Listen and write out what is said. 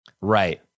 right